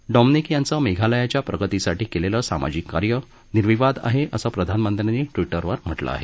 Dominic यांचं मेघालयाच्या प्रगतीसाठी केलेलं सामाजिक कार्य निर्विवाद आहे असं प्रधानमंत्र्यांनी ट्विटवर म्हटलं आहे